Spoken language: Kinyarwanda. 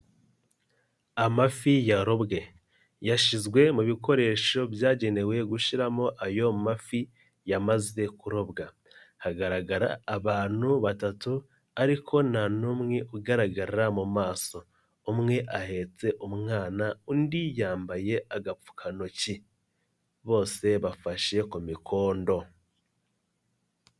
Amafi yarobwe, yashyizwe mu bikoresho byagenewe gushiramo ayo mafi yamaze kurobwa, hagaragara abantu batatu, ariko nta n'umwe ugaragara mu maso, umwe ahetse umwana undi yambaye agapfukantoki, bose bafashe ku mikondo.